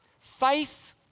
Faith